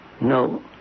No